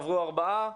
עברו ארבעה.